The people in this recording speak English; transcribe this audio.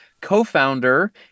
co-founder